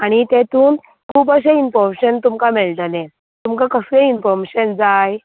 आनी तेतून खूब अशें इनफोर्मेशन तुमकां मेळटलें तुमका कसलें इनफोर्मेशन जाय